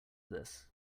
this